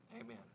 Amen